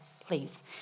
please